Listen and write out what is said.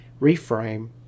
reframe